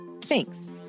Thanks